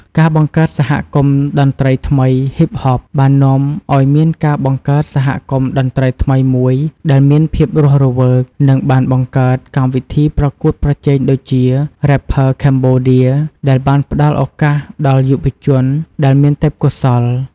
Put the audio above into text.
ការបង្កើតសហគមន៍តន្ត្រីថ្មី ហ៊ីបហប បាននាំឱ្យមានការបង្កើតសហគមន៍តន្ត្រីថ្មីមួយដែលមានភាពរស់រវើក និងបានបង្កើតកម្មវិធីប្រកួតប្រជែងដូចជា រ៉េបភើខេបូឌៀរ ដែលបានផ្តល់ឱកាសដល់យុវជនដែលមានទេពកោសល្យ។